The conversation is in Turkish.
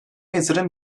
yatırım